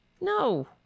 No